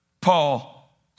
Paul